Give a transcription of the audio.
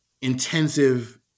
intensive